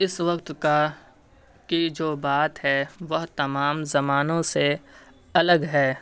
اس وقت کا کی جو بات ہے وہ تمام زمانوں سے الگ ہے